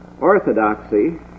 orthodoxy